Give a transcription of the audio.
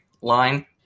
line